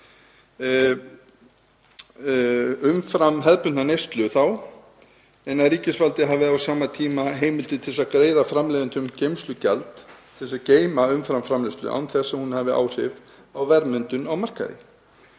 umfram hefðbundna neyslu, en að ríkisvaldið hafi á sama tíma heimildir til að greiða framleiðendum geymslugjald til að geyma umframframleiðslu án þess að hún hafi áhrif á verðmyndun á markaði.